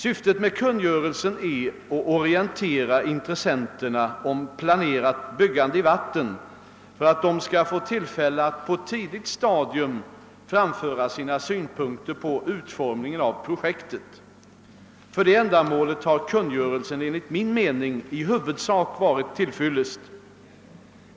Syftet med kungörelsen är att orientera intressenterna om planerat byggande i vatten för att de skall få tillfälle att på ett tidigt stadium framföra sina synpunkter på utformningen av projektet. För det ändamålet har kungörelsen enligt mir mening i huvudsak varit till fyllest.